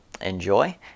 Enjoy